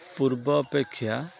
ପୂର୍ବ ଅପେକ୍ଷା